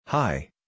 Hi